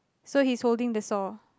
so he's holding the saw